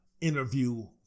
interview